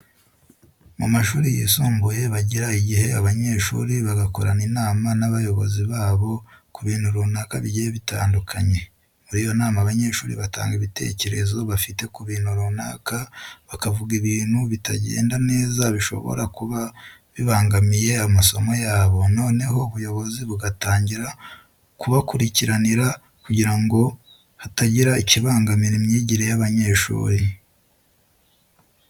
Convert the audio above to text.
Mu mashuri yisumbuye bagira igihe abanyeshuri bagakorana inama n'abayobozi babo ku bintu runaka bigiye bitandukanye. Muri iyo nama abanyeshuri batanga ibitekerezo bafite ku bintu runaka, bakavuga ibintu bitagenda neza bishobora kuba bibangamiye amasomo yabo, noneho ubuyobozi bugatangira bukabikurikirana kugira ngo hatagira ikibangamira imyigire y'abanyeshuri.